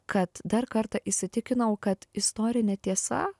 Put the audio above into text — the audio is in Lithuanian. kad dar kartą įsitikinau kad istorinė tiesa